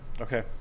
Okay